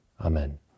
Amen